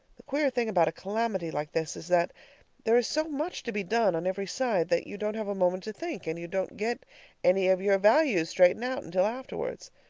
the queer thing about a calamity like this is that there is so much to be done on every side that you don't have a moment to think, and you don't get any of your values straightened out until afterward.